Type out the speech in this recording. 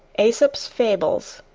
aesop's fables